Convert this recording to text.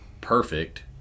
perfect